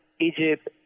Egypt